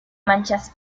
manchas